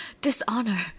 Dishonor